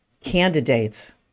candidates